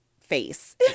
face